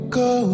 go